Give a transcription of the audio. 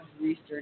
research